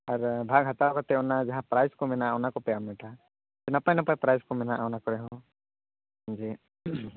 ᱟᱨ ᱵᱷᱟᱜ ᱦᱟᱛᱟᱣ ᱠᱟᱛᱮ ᱚᱱᱟ ᱡᱟᱦᱟᱸ ᱯᱮᱨᱟᱭᱤᱡ ᱠᱚ ᱢᱮᱱᱟᱜᱼᱟ ᱚᱱᱟ ᱠᱚᱯᱮ ᱦᱟᱢᱮᱴᱟ ᱱᱟᱯᱟᱭ ᱱᱟᱯᱟᱭ ᱯᱮᱨᱟᱭᱤᱡ ᱠᱚ ᱢᱮᱱᱟᱜᱼᱟ ᱚᱱᱟ ᱠᱚᱨᱮ ᱦᱚᱸ ᱡᱮ